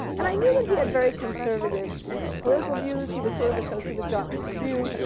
and i knew that he had very conservative political views. he was sort of associate with dartmouth review.